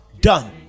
done